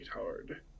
hard